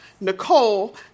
Nicole